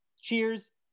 Cheers